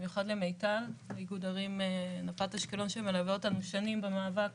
בעיקר למיטל מאיגוד ערים נפת אשקלון שמלווה אותנו שנים במאבק